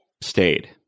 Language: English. stayed